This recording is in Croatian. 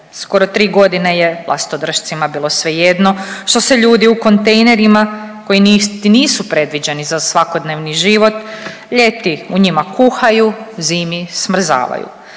Skoro 3.g. je vlastodršcima bilo svejedno što se ljudi u kontejnerima koji niti nisu predviđeni za svakodnevni život ljeti u njima kuhaju, zimi smrzavaju.